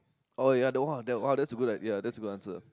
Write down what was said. oh ya the !wah! the that that's a good ya that's a good answer